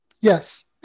Yes